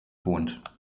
wohnt